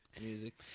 music